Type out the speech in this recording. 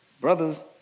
Brothers